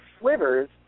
slivers